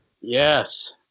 Yes